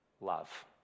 love